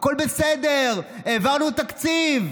הכול בסדר, העברנו תקציב.